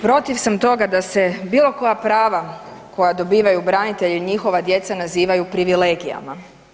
Protiv sam toga da se bilo koja prava koja dobivaju branitelji i njihova djeca nazivaju privilegijama.